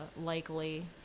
likely